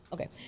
Okay